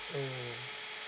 mm